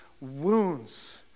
wounds